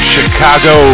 Chicago